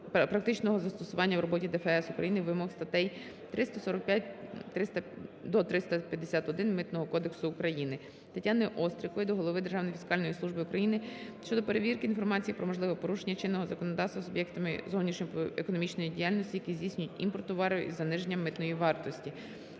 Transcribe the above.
практичного застосування в роботі ДФС України вимог статей 345 до 351 Митного кодексу України. Тетяни Острікової до голови Державної фіскальної служби України щодо перевірки інформації про можливе порушення чинного законодавства суб'єктами зовнішньоекономічної діяльності, які здійснюють імпорт товарів із заниженням митної вартості.